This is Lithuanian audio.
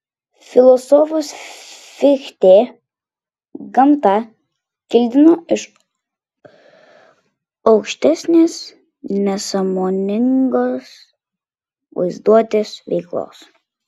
filosofas fichtė gamtą kildino iš aukštesnės nesąmoningos vaizduotės veiklos